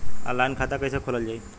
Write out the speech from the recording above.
Online खाता कईसे खोलल जाई?